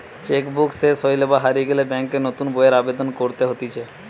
check book সেস হইলে বা হারিয়ে গেলে ব্যাংকে নতুন বইয়ের আবেদন করতে হতিছে